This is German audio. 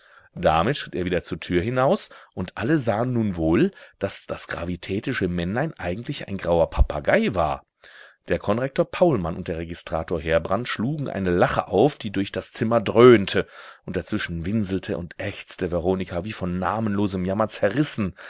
damit schritt er wieder zur tür hinaus und alle sahen nun wohl daß das gravitätische männlein eigentlich ein grauer papagei war der konrektor paulmann und der registrator heerbrand schlugen eine lache auf die durch das zimmer dröhnte und dazwischen winselte und ächzte veronika wie von namenlosem jammer zerrissen